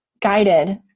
guided